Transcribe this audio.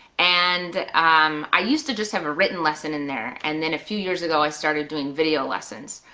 and um i used to just have a written lesson in there, and then a few years ago i started doing video lessons.